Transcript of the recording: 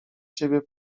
ciebie